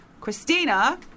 Christina